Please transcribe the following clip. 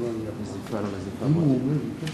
והגנת הסביבה נתקבלה.